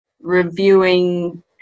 reviewing